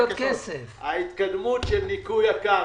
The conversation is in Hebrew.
ההתקדמות בניקוי הקרקע.